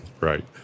Right